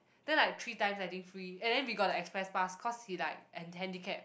then like three time I think free and then we got the express pass cause he like an handicap